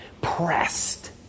pressed